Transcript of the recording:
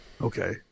Okay